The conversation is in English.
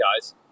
guys